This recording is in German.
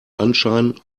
anschein